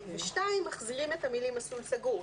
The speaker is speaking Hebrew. ו-(2) מחזירים את המילים 'מסלול סגור',